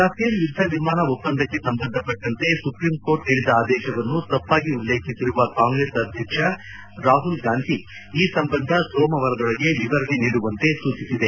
Rafale ಯುದ್ದವಿಮಾನ ಒಪ್ಪಂದಕ್ಕೆ ಸಂಬಂಧಪಟ್ಟಂತೆ ಸುಪ್ರೀಂಕೋರ್ಟ್ ನೀಡಿದ ಆದೇಶವನ್ನು ತಪ್ಪಾಗಿ ಉಲ್ಲೇಖಿಸಿರುವ ಕಾಂಗ್ರೆಸ್ ಅಧ್ಯಕ್ಷ ರಾಹುಲ್ಗಾಂದಿ ಈ ಸಂಬಂಧ ಸೋಮವಾರದೊಳಗೆ ವಿವರಣೆ ನೀಡುವಂತೆ ಸೂಚಿಸಿದೆ